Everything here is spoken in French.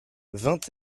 vingt